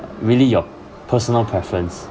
really your personal preference